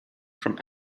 from